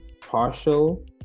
partial